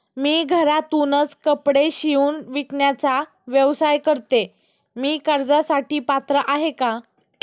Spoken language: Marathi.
मी घरातूनच कपडे शिवून विकण्याचा व्यवसाय करते, मी कर्जासाठी पात्र आहे का?